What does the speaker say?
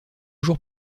jours